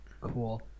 Cool